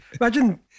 Imagine